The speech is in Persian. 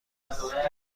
است